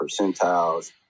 percentiles